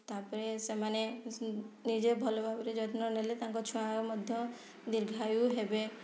ତା'ପରେ ସେମାନେ ନିଜେ ଭଲ ଭାବରେ ଯତ୍ନ ନେଲେ ତାଙ୍କ ଛୁଆ ମଧ୍ୟ ଦୀର୍ଘାୟୁ ହେବେ